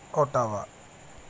Ottawa